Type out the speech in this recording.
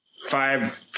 five